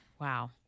Wow